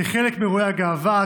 כחלק מאירועי הגאווה,